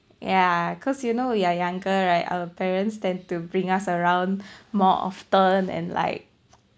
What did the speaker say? yeah cause you know we are younger right our parents tend to bring us around more often and like